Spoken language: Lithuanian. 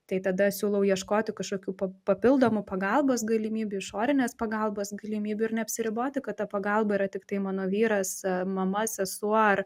tai tada siūlau ieškoti kažkokių papildomų pagalbos galimybių išorinės pagalbos galimybių ir neapsiriboti kad ta pagalba yra tiktai mano vyras mama sesuo ar